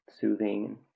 soothing